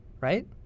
right